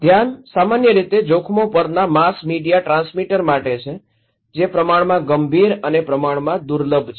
ધ્યાન સામાન્ય રીતે જોખમો પરના માસ મીડિયા ટ્રાન્સમીટર માટે છે જે પ્રમાણમાં ગંભીર અને પ્રમાણમાં દુર્લભ છે